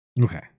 okay